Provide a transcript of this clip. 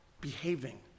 behaving